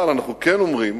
אבל אנחנו כן אומרים